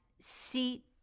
seat